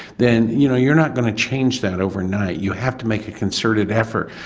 then you know you're not going to change that overnight, you have to make a concerted effort.